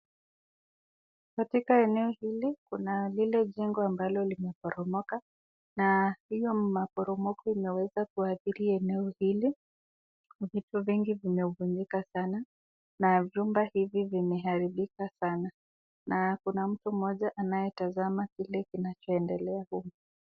Katika eneo hili kuna lile jengo ambalo limeporomoka na hiyo maporomoka inaweza kuathiri eneo hili, vitu vingi vimevunjika sana, na vyumba hivi vimeharibika sana na kuna mtu mmoja anyetazama kile kinachoendelea humo.